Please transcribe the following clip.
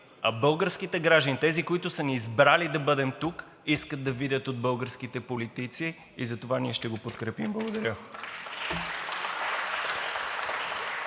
а българските граждани – тези, които са избрали да бъдем тук, искат да видят от българските политици и затова ние ще го подкрепим. Благодаря.